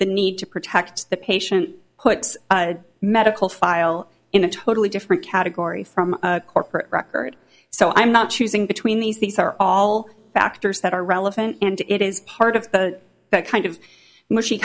the need to protect the patient puts medical file in a totally different category from a corporate record so i'm not choosing between these these are all factors that are relevant and it is part of that kind of mushy